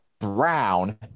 Brown